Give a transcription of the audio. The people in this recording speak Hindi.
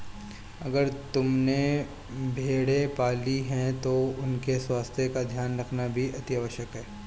अगर तुमने भेड़ें पाली हैं तो उनके स्वास्थ्य का ध्यान रखना भी अतिआवश्यक है